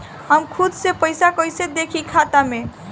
हम खुद से पइसा कईसे देखी खाता में?